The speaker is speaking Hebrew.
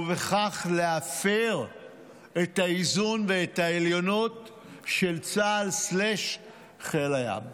ובכך להפר את האיזון ואת העליונות של צה"ל או חיל הים.